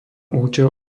účel